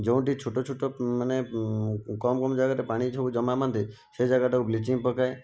ଯେଉଁଠି ଛୋଟ ଛୋଟ ମାନେ କମ କମ ଜାଗାରେ ପାଣି ସବୁ ଜମା ବାନ୍ଧେ ସେ ଜାଗାଟାକୁ ବ୍ଲିଚିଂ ପକାଏ